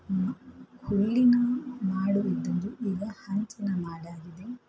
ಹುಲ್ಲಿನ ಮಾಡು ಇದ್ದದ್ದು ಈಗ ಹಂಚಿನ ಮಾಡಾಗಿದೆ